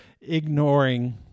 ignoring